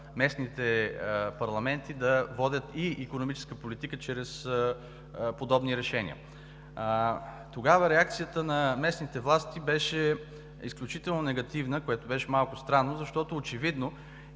местните парламенти да водят и икономическа политика чрез подобни решения. Тогава реакцията на местните власти беше изключително негативна, което беше малко странно, защото очевидно